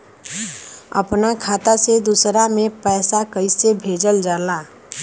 अपना खाता से दूसरा में पैसा कईसे भेजल जाला?